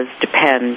depend